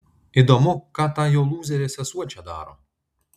įdomu ką ta jo lūzerė sesuo čia daro